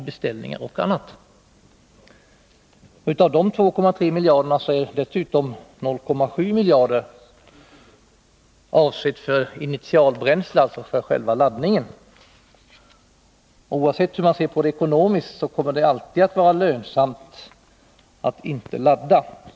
Dessutom är 0,7 miljarder avsedda för initialbränsle, alltså själva laddningen. Oavsett hur man ser på det ekonomiskt kommer det alltid att vara lönsamt att inte ladda.